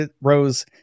rose